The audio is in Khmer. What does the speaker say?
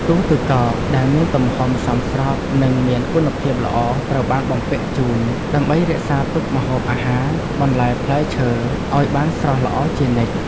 ទូទឹកកកដែលមានទំហំសមស្របនិងមានគុណភាពល្អត្រូវបានបំពាក់ជូនដើម្បីរក្សាទុកម្ហូបអាហារបន្លែផ្លែឈើឱ្យបានស្រស់ល្អជានិច្ច។